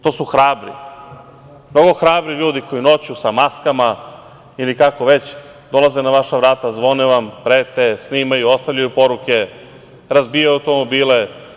To su hrabri, mnogo hrabri ljudi, koji noću sa maskama, ili kako već, dolaze na vaša vrata, zvone vam, prete, snimaju, ostavljaju poruke, razbijaju automobile.